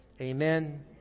Amen